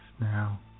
now